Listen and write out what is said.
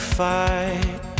fight